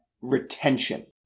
retention